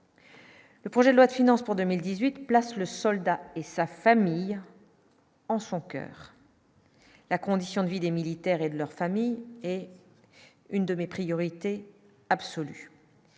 Le projet de loi de finances pour 2018 places le soldat et sa famille en son coeur la condition de vie des militaires et leurs familles et une de mes priorités absolues